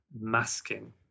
masking